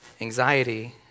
Anxiety